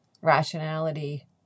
rationality